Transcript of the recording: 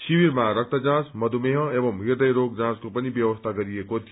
शिविरमा रक्त जाँच मधुमेह एंव ह्रदय रोग जाँचको पनि व्यवस्था गरिएको थियो